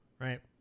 right